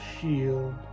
shield